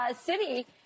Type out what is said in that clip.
City